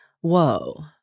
Whoa